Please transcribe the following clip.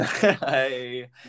Hey